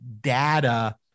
data